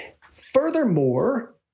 Furthermore